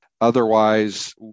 Otherwise